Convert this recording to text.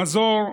במזור,